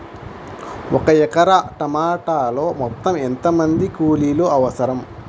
ఒక ఎకరా టమాటలో మొత్తం ఎంత మంది కూలీలు అవసరం?